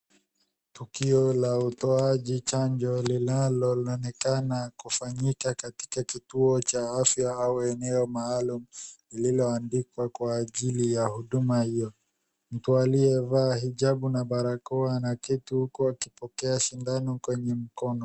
Tukio la utoaji chanjo linaloonekana kufanyika katika kituo cha afya au eneo maalum ililo andikwa kwa ajiri ya huduma hiyo, Mtu aliyevaa hijabu na barakoa anaketi huko akipokea sindano kwenye mkono.